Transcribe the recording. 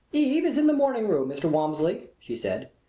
eve is in the morning room, mr. walmsley, she said.